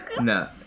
No